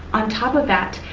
on top of that,